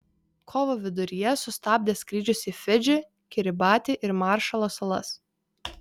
kovo viduryje sustabdė skrydžius į fidžį kiribatį ir maršalo salas